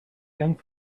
young